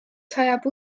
sajab